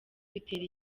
bitera